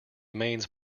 mains